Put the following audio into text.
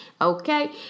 Okay